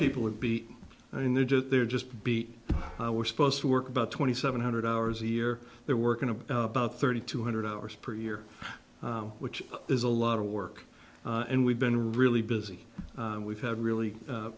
people would be i mean they're just they're just beat we're supposed to work about twenty seven hundred hours a year they're working to about thirty two hundred hours per year which is a lot of work and we've been really busy and we've had really